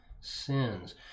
sins